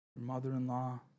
mother-in-law